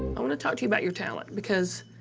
i want to talk to you about your talent because